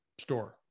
store